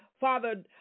Father